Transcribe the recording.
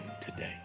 today